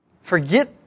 Forget